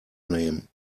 name